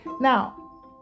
Now